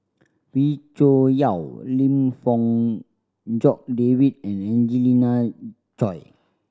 Wee Cho Yaw Lim Fong Jock David and Angelina Choy